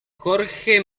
jorge